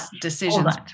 decisions